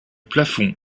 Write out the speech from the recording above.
plafond